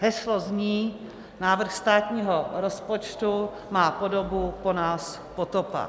Heslo zní návrh státního rozpočtu má podobu po nás potopa.